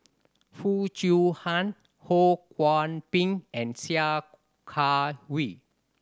Foo Chiu Han Ho Kwon Ping and Sia Kah Hui